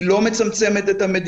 היא לא מצמצמת את המדינות,